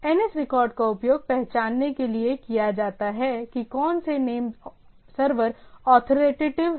NS records का उपयोग पहचानने के लिए किया जाता है कि कौन से नाम सर्वर अथॉरिटेटिव हैं